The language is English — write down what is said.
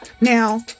Now